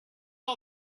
all